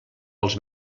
els